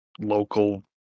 local